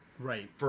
Right